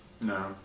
No